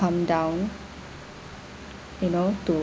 come down you know to